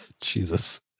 Jesus